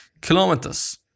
kilometers